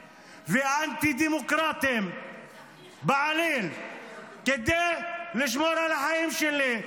ואנטי-דמוקרטיים בעליל כדי לשמור על החיים שלי?